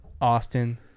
Austin